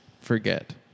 forget